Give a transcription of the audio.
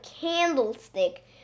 candlestick